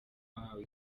wahawe